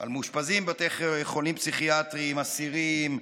על מאושפזים בבתי חולים פסיכיאטריים, אסירים,